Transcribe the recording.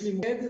יש אדם